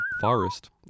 forest